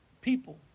people